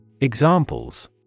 Examples